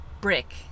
brick